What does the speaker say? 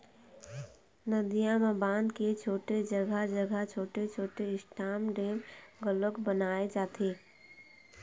नदियां म बांध के छोड़े जघा जघा छोटे छोटे स्टॉप डेम घलोक बनाए जाथे